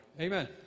Amen